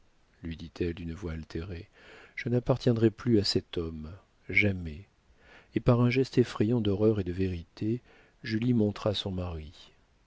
lui dit-elle d'une voix altérée je n'appartiendrai plus à cet homme jamais et par un geste effrayant d'horreur et de vérité julie montra son mari